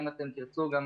אנשים לא יצאו מהבתים,